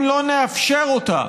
אם לא נאפשר אותה,